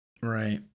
Right